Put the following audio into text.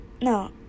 No